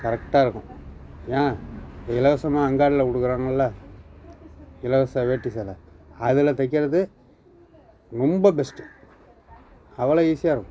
கரெக்டாக இருக்கும் ஏன் இலவசமாக அங்காடியில கொடுக்குறாங்கள்ல இலவச வேட்டி சேலை அதில் தைக்கிறது ரொம்ப பெஸ்ட்டு அவ்வளோ ஈஸியாக இருக்கும்